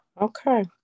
okay